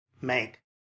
make